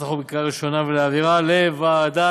החוק בקריאה ראשונה ולהעבירה לוועדת,